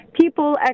people